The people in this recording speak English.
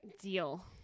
deal